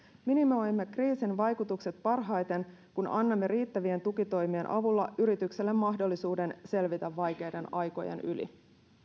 minimoimme kriisin vaikutukset parhaiten kun annamme riittävien tukitoimien avulla yrityksille mahdollisuuden selvitä vaikeiden aikojen yli